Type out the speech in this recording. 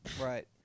Right